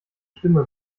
stimme